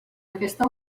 aquesta